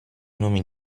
nomi